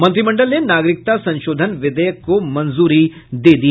मंत्रिमण्डल ने नागरिकता संशोधन विधेयक को मंजूरी दे दी